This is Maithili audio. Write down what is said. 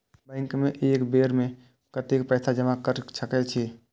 बैंक में एक बेर में कतेक पैसा जमा कर सके छीये?